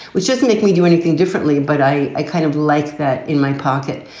which just make me do anything differently. but i i kind of like that in my pocket.